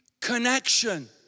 connection